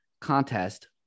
contest